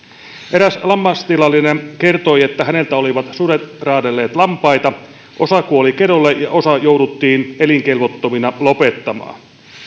eräs lammastilallinen kertoi että häneltä olivat sudet raadelleet lampaita ja osa kuoli kedolle ja osa jouduttiin elinkelvottomina lopettamaan